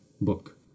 book